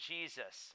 Jesus